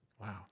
Wow